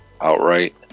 outright